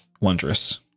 wondrous